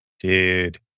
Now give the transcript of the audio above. Dude